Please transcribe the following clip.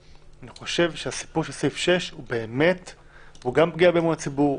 אני חושב שהסיפור של סעיף הוא גם פגיעה באמון הציבור,